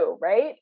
right